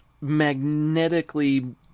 magnetically